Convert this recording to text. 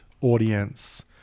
audience